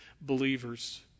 believers